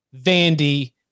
Vandy